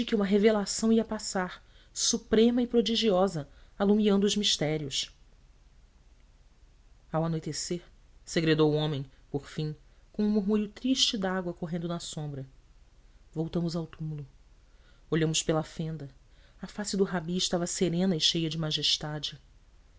uma revelação ia passar suprema e prodigiosa alumiando os mistérios ao anoitecer segredou o homem por fim como um murmúrio triste de água correndo na sombra voltamos ao túmulo olhamos pela fenda a face do rabi estava serena e cheia de majestade